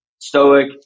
stoic